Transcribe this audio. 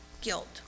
guilt